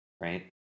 right